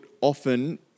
often